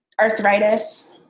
arthritis